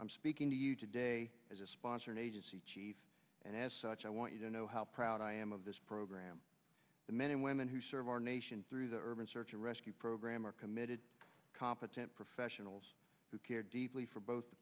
i'm speaking to you today as a sponsor and as such i want you to know how proud i am this program the men and women who serve our nation through the urban search and rescue program are committed competent professionals who care deeply for both the